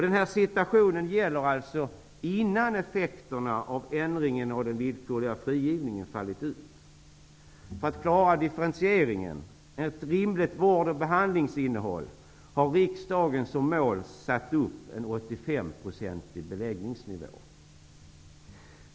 Den här situationen gäller alltså innan effekterna av ändringen av den villkorliga frigivningen fallit ut. För att klara differentieringen, ett rimligt vård och behandlingsinnehåll, har riksdagen som mål satt upp 85 % beläggning.